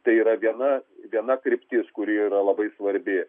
tai yra viena viena kryptis kuri yra labai svarbi